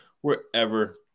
wherever